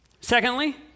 Secondly